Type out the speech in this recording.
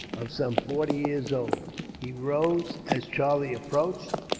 of some forty years old. he rose, as charlie approached,